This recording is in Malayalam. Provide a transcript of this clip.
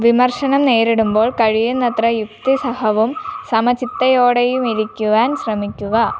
വിമർശനം നേരിടുമ്പോൾ കഴിയുന്നത്ര യുക്തിസഹവും സമചിത്തതയോടെയുമിരിക്കുവാൻ ശ്രമിക്കുക